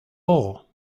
law